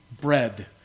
bread